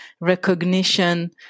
recognition